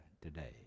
today